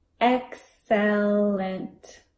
excellent